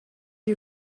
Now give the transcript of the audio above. you